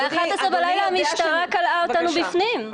אדוני יודע ש- -- ב-23:00 בלילה המשטרה כלאה אותנו בפנים.